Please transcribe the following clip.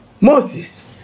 Moses